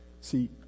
See